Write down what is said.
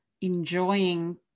enjoying